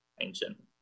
ancient